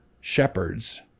shepherds